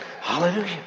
Hallelujah